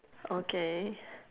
okay